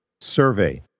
survey